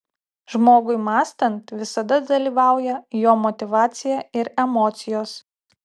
žmogui mąstant visada dalyvauja jo motyvacija ir emocijos